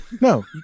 No